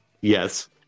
Yes